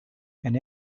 and